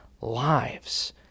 lives